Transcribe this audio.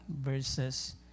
verses